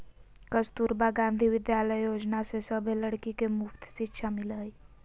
कस्तूरबा गांधी विद्यालय योजना से सभे लड़की के मुफ्त शिक्षा मिला हई